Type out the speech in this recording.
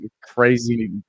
crazy